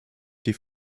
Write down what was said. die